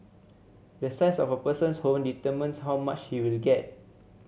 the size of a person's home determines how much he will get